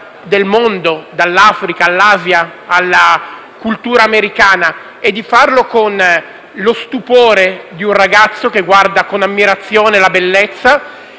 Grazie,